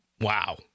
wow